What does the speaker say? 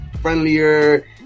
friendlier